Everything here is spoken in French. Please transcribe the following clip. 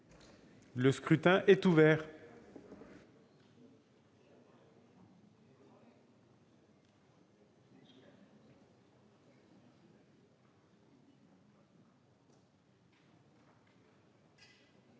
Le scrutin est ouvert.